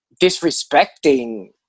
disrespecting